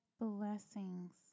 blessings